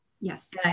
Yes